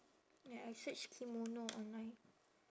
ya I search kimono online